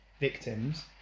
victims